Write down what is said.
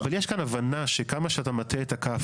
יש כאן הבנה שכמה שאתה מטה את הכף